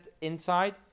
inside